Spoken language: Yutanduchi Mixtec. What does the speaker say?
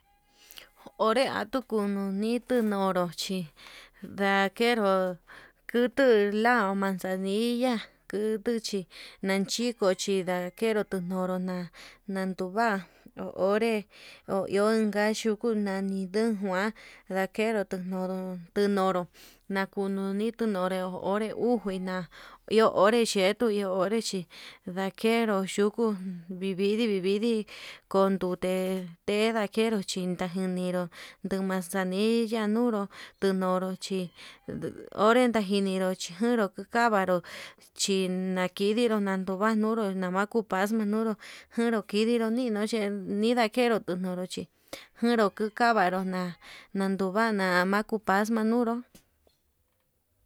Onre atukunitu nonró chi ndakero kunru lau manzanilla, kutuchi nachingu chi ña'a kenru nono na'a naduva'a onré ho iho nanyukuu nani ndujuan ndakeru tundoro, nakununi tu nonro onré uu njun iho onré xhieto iho onre chi ndakenru uu xhuku vividi vividi, kondute ke ndakenro chida nguu ninru nduu manzanillo nuru tunoro chí ore najiniru chinuru, nukukavaru chinakiniru nakuu van nduru navax ku paxmaa'a nuru nuru kidiru niniro, nindakeru tunurudu chí nguru kukavaru na'a naduu va'a nama tuxtaxma nuru.